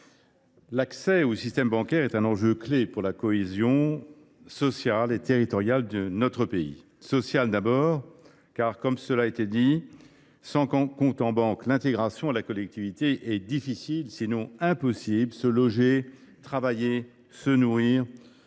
l’accès au système bancaire est un enjeu clé pour la cohésion sociale et territoriale de notre pays. Sociale, d’abord, car sans compte en banque, l’intégration à la collectivité est difficile, sinon impossible. Se loger, travailler se nourrir